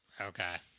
okay